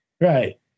right